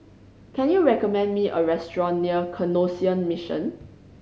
can you recommend me a restaurant near Canossian Mission